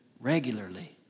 regularly